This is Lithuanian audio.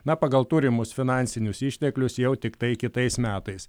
na pagal turimus finansinius išteklius jau tiktai kitais metais